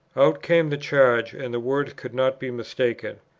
out came the charge, and the words could not be mistaken.